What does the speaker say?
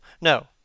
No